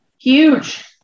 Huge